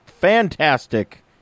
fantastic